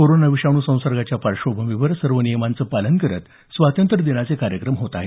corona विषाणू संसर्गाच्या पार्श्वभूमीवर सर्व नियमांचं पालन करत स्वातंत्र्य दिनाचे कार्यक्रम होत आहेत